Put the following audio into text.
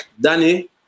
Danny